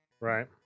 right